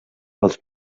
pels